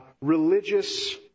religious